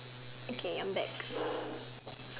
okay I'm back